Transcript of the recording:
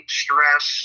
stress